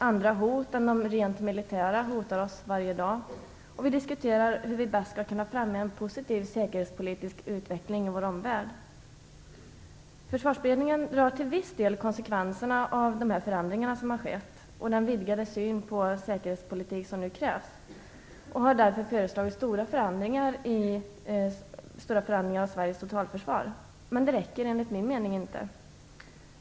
Det är inte bara rent militära hot. Också annat hotar oss varje dag. Vi diskuterar hur vi bäst skall kunna främja en positiv säkerhetspolitisk utveckling i vår omvärld. Försvarsberedningen drar till viss del konsekvenserna av de förändringar som har skett och av den vidgade syn på säkerhetspolitiken som nu krävs och har därför föreslagit stora förändringar av Sveriges totalförsvar. Men det räcker inte enligt min mening.